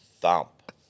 Thump